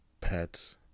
pets